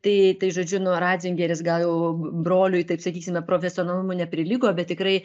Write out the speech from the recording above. tai tai žodžiu nu ratzingeris gal jau broliui taip sakysime profesionalumu neprilygo bet tikrai